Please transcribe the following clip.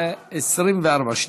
ו-24 שניות,